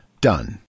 Done